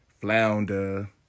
Flounder